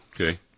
okay